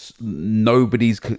nobody's